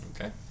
Okay